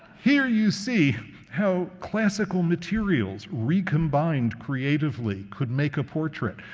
here you see how classical materials recombined creatively could make a portrait,